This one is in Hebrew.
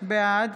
בעד